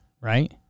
right